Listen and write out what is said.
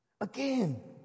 Again